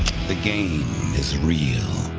the game is real.